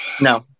No